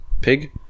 pig